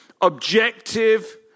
objective